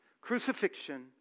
crucifixion